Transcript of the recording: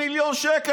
20 מיליון שקל,